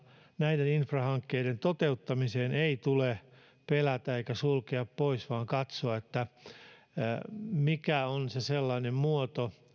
näiden infrahankkeiden toteuttamiseen ei tule pelätä eikä sulkea pois vaan katsoa mikä on rahoituksellisesti sellainen muoto